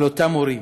על אותם הורים,